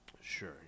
Sure